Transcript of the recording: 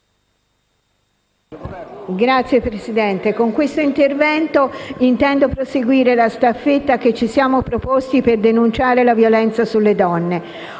Signor Presidente, con questo intervento intendo proseguire la staffetta che ci siamo proposti per denunciare la violenza sulle donne.